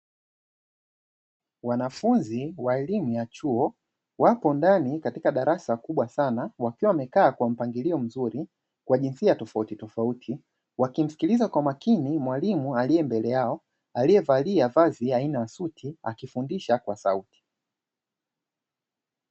Wanafunzi wa elimu ya chuo wako ndani katika darasa kubwa sana wakiwa wamekaa kwa mpangilio mzuri kwa jinsia tofautitofauti, wakimsikiliza kwa makini mwalimu aliye mbele yao aliyevalia vazi aina suti akifundisha kwa sauti.